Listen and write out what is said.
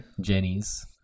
Jenny's